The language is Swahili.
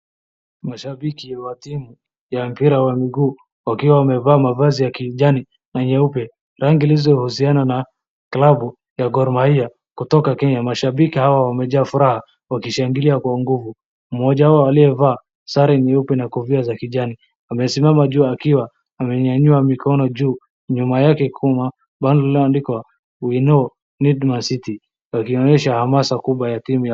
Mashabiki wa timu ya mpira wa miguu wakiwa wamevaa mavazi ya kijani na nyeupe, rangi iliyohusiana na klabu ya gor mahia kutoka Kenya. Mashabiki hawa wamejaa furaha, wakishangilia kwa nguvu, mmoja wao aliyevaa sare nyeupe na kofia za kijani wamesimama juu wakiwa wamenyanyua mikono juu nyuma yake kuna bang lililoandikwa we now need mancity wakionyesha hamasa kubwa ya timu ya.